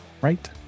right